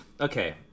Okay